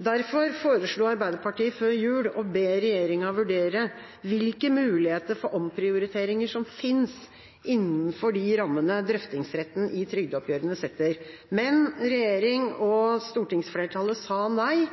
Derfor foreslo Arbeiderpartiet før jul å be regjeringa vurdere hvilke muligheter for omprioriteringer som finnes innenfor de rammene drøftingsretten i trygdeoppgjørene setter. Men regjeringa og stortingsflertallet sa nei.